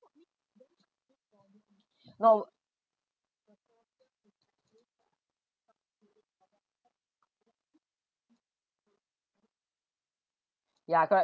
no ya correct